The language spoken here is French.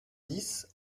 dix